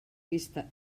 vista